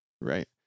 right